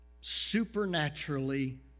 supernaturally